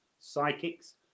psychics